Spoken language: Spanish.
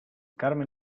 carmen